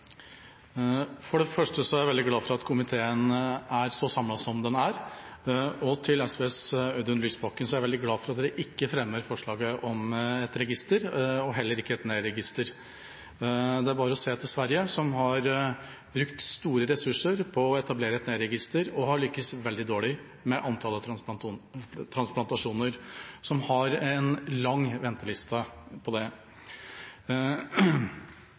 For det første er jeg veldig glad for at komiteen er så samlet som den er. Til SVs Audun Lysbakken: Jeg er veldig glad for at dere ikke fremmer forslaget om et register, og heller ikke et nei-register. Det er bare å se til Sverige, som har brukt store ressurser på å etablere et nei-register og har lyktes veldig dårlig med antallet transplantasjoner, og som har en lang venteliste på det.